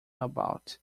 about